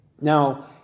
Now